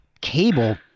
cable